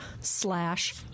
slash